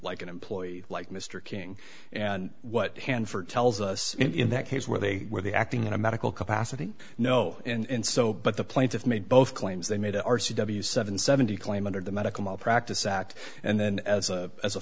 like an employee like mr king and what hanford tells us in that case where they were they acting in a medical capacity no in so but the plaintiffs made both claims they made a r c w seven seventy claim under the medical malpractise act and then as a as a